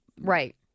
Right